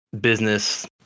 business